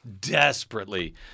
desperately